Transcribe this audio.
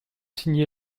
signé